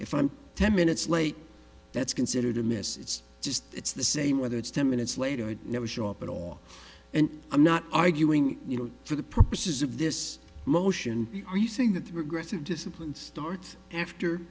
if i'm ten minutes late that's considered a miss it's just it's the same whether it's ten minutes later i never show up at all and i'm not arguing you know for the purposes of this motion are you saying that the progressive discipline starts after